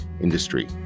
industry